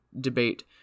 debate